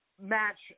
match